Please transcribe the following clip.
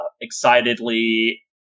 excitedly